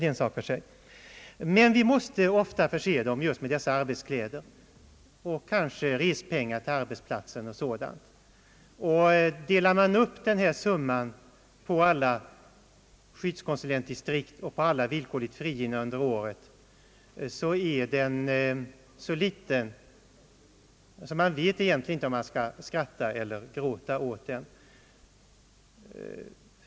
Det gäller att skaffa pengar till arbetskläder och kanske respengar till arbetsplatsen, och delar man upp anslagsbeloppet på alla skyddskonsulentdistrikt och alla som blir villkorligt frigivna under ett år, så blir det så litet på var och en att man inte vet om man skall skratta eller gråta.